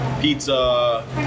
pizza